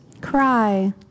Cry